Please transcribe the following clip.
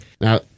Now